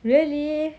really